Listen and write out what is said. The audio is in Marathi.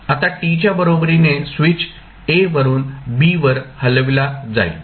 आता t च्या बरोबरीने स्विच a वरून b वर हलविला जाईल